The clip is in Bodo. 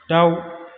दाउ